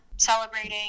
Celebrating